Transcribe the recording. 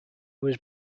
was